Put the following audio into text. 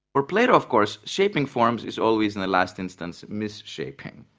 for plato, of course, shaping forms is always in the last instance misshaping,